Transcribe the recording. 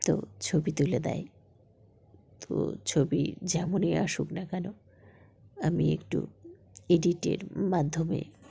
তো ছবি তুলে দেয় তো ছবি যেমনই আসুক না কেন আমি একটু এডিটের মাধ্যমে